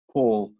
Paul